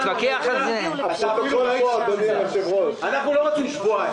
אנחנו לא רוצים שבועיים.